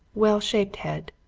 well-shaped head,